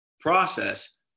process